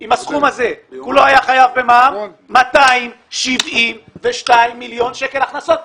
אם הסכום הזה היה חייב במע"מ 272 מיליון שקלים הכנסות.